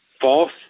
False